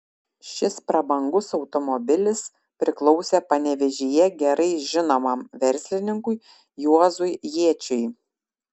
šis prabangus automobilis priklausė panevėžyje gerai žinomam verslininkui juozui jėčiui